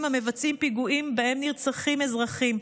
המבצעים פיגועים שבהם נרצחים אזרחים,